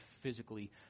physically